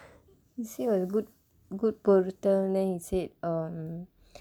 he say was a good good பொருத்தம்:poruththam then he said um